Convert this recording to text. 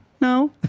no